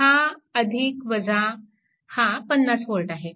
हा हा 50V आहे